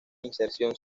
inserción